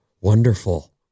wonderful